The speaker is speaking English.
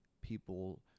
people